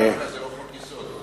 זה לא חוק-יסוד.